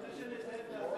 אדוני היושב-ראש,